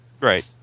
Right